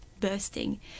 bursting